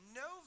no